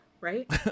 right